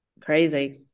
crazy